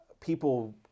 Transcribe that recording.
people